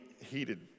heated